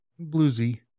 bluesy